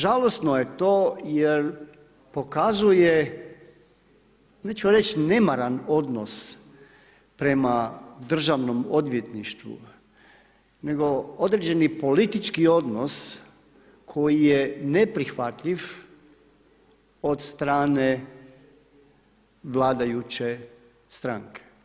Žalosno je to jer pokazuje, neću reći nemaran odnos prema državnom odvjetništvu, nego određeni politički odnos koji je neprihvatljiv od strane vladajuće stranke.